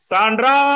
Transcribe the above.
Sandra